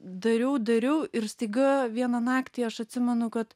dariau dariau ir staiga vieną naktį aš atsimenu kad